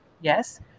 Yes